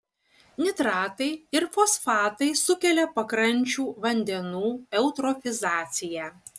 nitratai ir fosfatai sukelia pakrančių vandenų eutrofizaciją